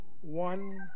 one